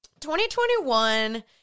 2021